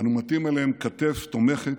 אנו מטים אליהם כתף תומכת,